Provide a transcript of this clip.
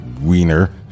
Wiener